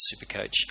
Supercoach